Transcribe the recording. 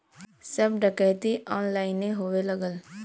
सब डकैती ऑनलाइने होए लगल